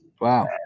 Wow